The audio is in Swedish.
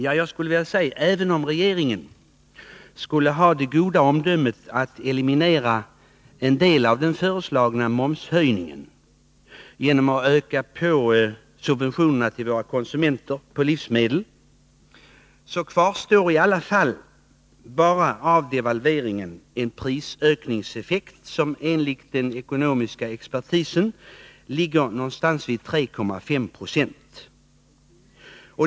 Ja, jag skulle vilja säga att även om regeringen skulle ha det goda omdömet att eliminera en del av den föreslagna momshöjningen genom att öka på subventionerna till våra livsmedelskonsumenter, kvarstår av devalveringen i alla fall bara en prisökningseffekt som enligt den ekonomiska expertisen ligger någonstans vid 3,5 20.